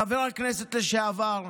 חבר הכנסת לשעבר,